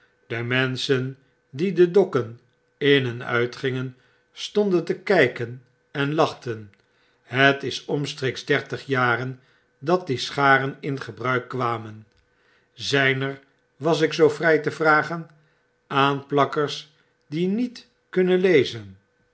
de menschen die de dokken in en uitgingen stonden te kgken en lachten het is omstreeks dertig jaren dat die scharen in gebruik kwamen zgn er was ik zoo vrij te vragen aanplakkers die niet kunnen lezen